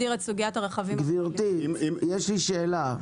יש לי שאלה.